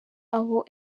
aho